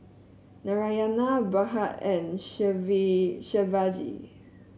Narayana Bhagat and Shivaji